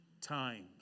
times